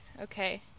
okay